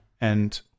and-